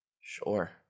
Sure